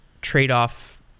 trade-off